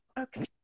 okay